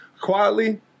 quietly